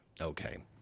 Okay